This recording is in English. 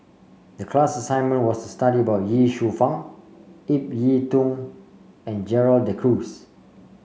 the class assignment was study about Ye Shufang Ip Yiu Tung and Gerald De Cruz